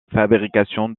fabrication